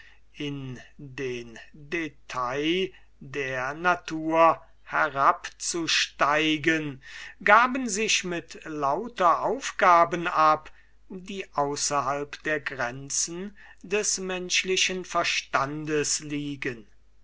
in den detail der natur herabzusteigen gaben sich mit lauter aufgaben ab die außerhalb der grenzen des menschlichen verstandes liegen